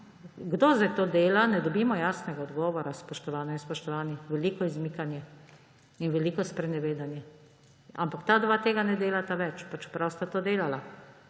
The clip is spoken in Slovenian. kdo zdaj to dela, ne dobimo jasnega odgovora, spoštovane in spoštovani. Veliko izmikanje in veliko sprenevedanje, ampak ta dva tega ne delata več, čeprav sta to delala.